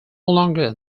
longer